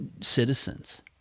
citizens